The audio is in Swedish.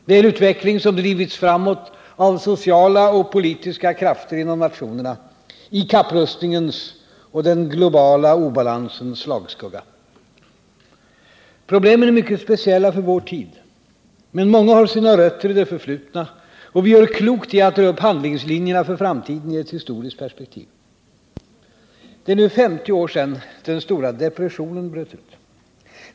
Det är en utveckling som drivits framåt av sociala och politiska krafter inom nationerna, i kapprustningens och den globala obalansens slagskugga. Problemen är mycket speciella för vår tid, men många har sina rötter i det förflutna och vi gör klokt i att dra upp handlingslinjerna för framtiden i ett historiskt perspektiv. Det är nu 50 år sedan den stora depressionen bröt ut.